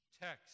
text